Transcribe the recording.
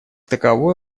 таковой